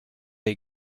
they